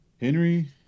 Henry